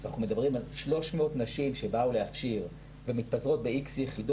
יכול להיות שאפשר להגיד